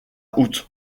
août